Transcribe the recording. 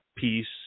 piece